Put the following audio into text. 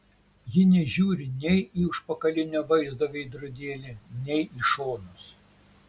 ji nežiūri nei į užpakalinio vaizdo veidrodėlį nei į šonus